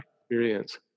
experience